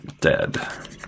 dead